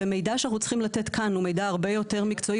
ומידע שאנחנו צריכים לתת כאן הוא הרבה יותר מקצועי